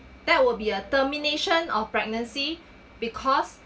that will be a termination of pregnancy because